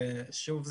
שוב,